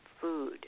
food